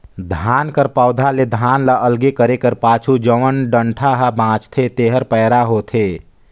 धान कर पउधा ले धान ल अलगे करे कर पाछू जउन डंठा हा बांचथे तेहर पैरा होथे